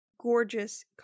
gorgeous